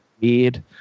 weird